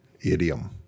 Idiom